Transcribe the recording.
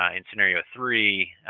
ah in scenario three,